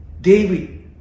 David